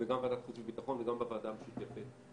בוועדת החוץ והביטחון וגם בוועדה המשותפת,